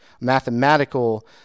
mathematical